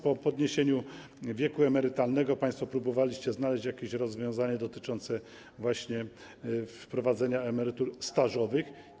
Po podniesieniu wieku emerytalnego państwo próbowaliście znaleźć jakieś rozwiązanie dotyczące właśnie wprowadzenia emerytur stażowych.